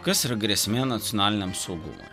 kas yra grėsmė nacionaliniam saugumui